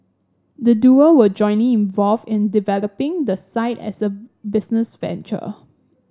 the duo were jointly involved in developing the site as a business venture